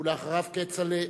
אחריו, כצל'ה.